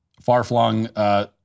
far-flung